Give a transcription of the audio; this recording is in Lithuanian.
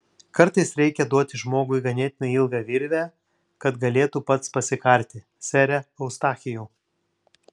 kartais reikia duoti žmogui ganėtinai ilgą virvę kad galėtų pats pasikarti sere eustachijau